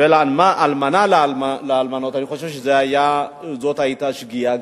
אני חושב שזאת היתה שגיאה גדולה.